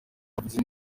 havutse